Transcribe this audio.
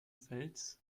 fels